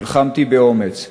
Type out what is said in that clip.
נלחמתי באומץ.